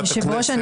היושב-ראש,